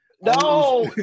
no